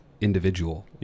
individual